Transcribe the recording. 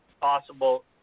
possible